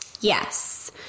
Yes